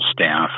staff